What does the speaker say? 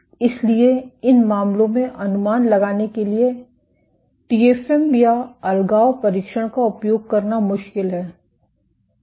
इसलिए इन मामलों में अनुमान लगाने के लिए टीएफएम या अलगाव परीक्षण का उपयोग करना मुश्किल है